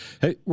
Hey